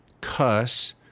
cuss